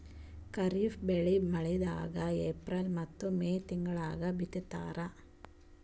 ಖಾರಿಫ್ ಬೆಳಿ ಮಳಿಗಾಲದಾಗ ಏಪ್ರಿಲ್ ಮತ್ತು ಮೇ ತಿಂಗಳಾಗ ಬಿತ್ತತಾರ